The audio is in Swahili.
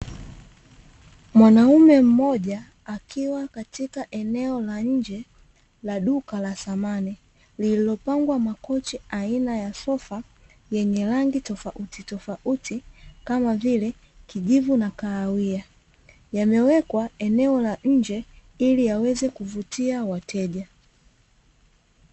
Mwanaume mmoja akiwa katika eneo la nje la duka la samani lililopangwa makochi aina ya sofa yenye rangi tofautitofauti kama vile kijivu na kahawia, yamewekwa eneo la nje ili yaweze kuvutia wateja.